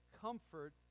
comfort